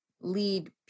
lead